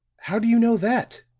how do you know that?